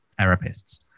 therapists